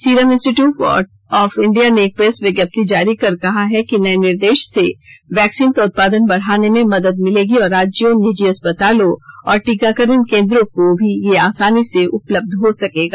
serum Institute of India ने एक press विज्ञप्ति जारी कर कहा है कि नए निर्देश से वैक्सीन का उत्पादन बढाने में मदद मिलेगी और राज्यों निजी अस्पतालों और टीकाकरण केन्द्रों को यह आसानी से उपलब्ध हो सकेगा